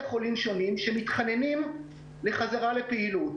חולים שונים שמתחננים לחזרה לפעילות,